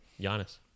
Giannis